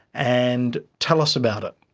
and tell us about it.